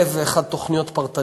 עם אלף ואחת תוכניות פרטניות.